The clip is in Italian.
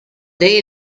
dei